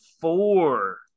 four